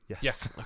Yes